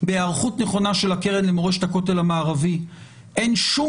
בהיערכות נכונה של הקרן למורשת הכותל המערבי אין שום